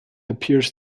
appears